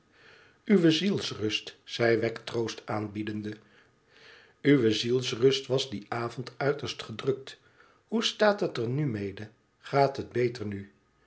uwe zielsrust zei wegg troost aanbiedende uwe zielsrust was dien avond uiterst gedrukt hoe staat het er nu mede gaat het beter nu